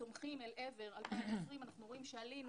וצונחים אל עבר 2020, אנחנו רואים שעלינו